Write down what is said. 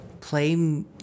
play